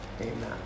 Amen